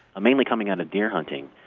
mainly coming out of deer hunting.